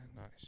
Nice